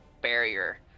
barrier